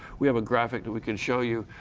we have a graphic that we can show you.